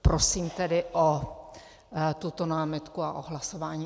Prosím tedy o tuto námitku a o hlasování o ní.